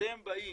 שאתם באים